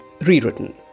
rewritten